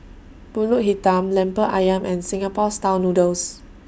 Pulut Hitam Lemper Ayam and Singapore Style Noodles